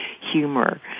humor